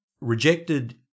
rejected